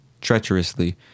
treacherously